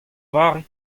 vari